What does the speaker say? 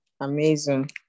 amazing